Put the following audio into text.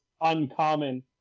uncommon